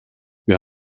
wir